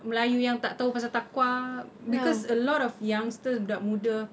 melayu yang tak tahu pasal TAQWA because a lot of youngsters budak muda